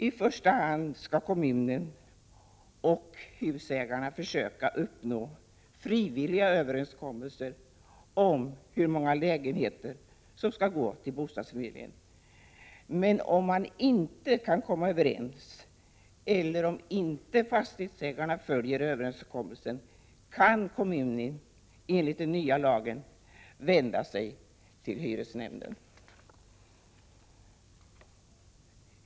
I första hand skall kommunen och husägarna försöka uppnå frivilliga överenskommelser om hur många lägenheter som skall gå till bostadsförmedlingen, men om de inte kan komma överens eller om inte fastighetsägarna följer överenskommelsen kan kommunen enligt den nya lagen vända sig till hyresnämnden.